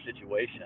situation